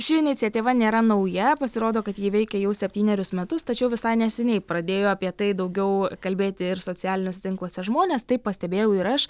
ši iniciatyva nėra nauja pasirodo kad ji veikia jau septynerius metus tačiau visai neseniai pradėjo apie tai daugiau kalbėti ir socialiniuose tinkluose žmonės tai pastebėjau ir aš